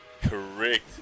correct